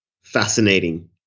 fascinating